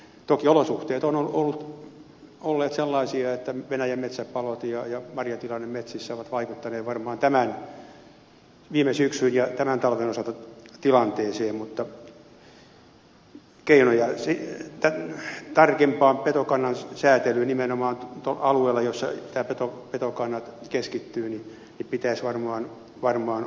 toki olosuhteet ovat olleet sellaisia että venäjän metsäpalot ja marjatilanne metsissä ovat vaikuttaneet varmaan viime syksyn ja tämän talven osalta tilanteeseen mutta keinoja tarkempaan petokannan säätelyyn nimenomaan alueilla joihin petokannat keskittyvät pitäisi varmaan olla